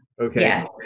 Okay